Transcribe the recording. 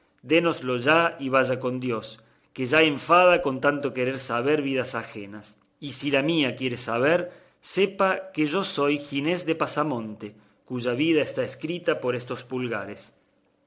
dénoslo ya y vaya con dios que ya enfada con tanto querer saber vidas ajenas y si la mía quiere saber sepa que yo soy ginés de pasamonte cuya vida está escrita por estos pulgares